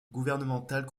gouvernementales